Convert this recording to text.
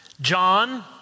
John